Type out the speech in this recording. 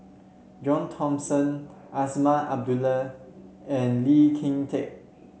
John Thomson Azman Abdullah and Lee Kin Tat